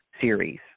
series